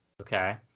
okay